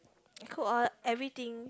cook all everything